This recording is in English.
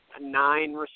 nine